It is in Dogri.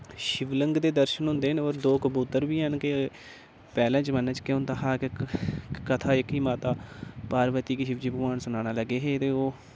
शिवलिंग दे दर्शन होंदे और दो कबूतर बी हैन के पैह्ले जमाने च केह् होंदा हा के कथा जेह्की माता पार्वती गी शिवजी भगवान सनाना लगे हे ते ओह्